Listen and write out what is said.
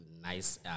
nice